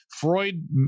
Freud